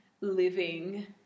living